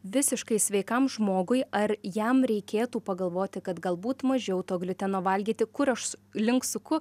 visiškai sveikam žmogui ar jam reikėtų pagalvoti kad galbūt mažiau to gliuteno valgyti kur aš link suku